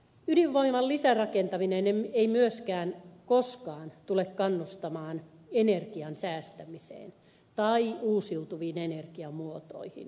ydinvoiman lisärakentaminen ei myöskään koskaan tule kannustamaan energian säästämiseen tai uusiutuviin energiamuotoihin panostamiseen